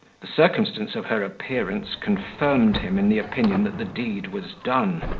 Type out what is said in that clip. the circumstance of her appearance confirmed him in the opinion that the deed was done.